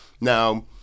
Now